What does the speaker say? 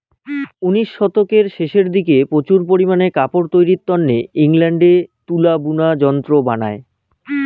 উনিশ শতকের শেষের দিকে প্রচুর পারিমানে কাপড় তৈরির তন্নে ইংল্যান্ডে তুলা বুনা যন্ত্র বানায়